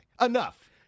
Enough